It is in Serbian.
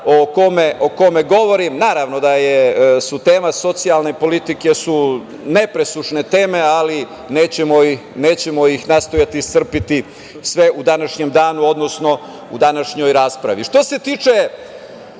o kome govorim. Naravno da su teme socijalne politike nepresušne teme, ali nećemo ih nastojati iscrpeti sve u današnjem danu, odnosno u današnjoj raspravi. Što se tiče